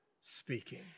speaking